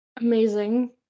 Amazing